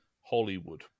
Hollywood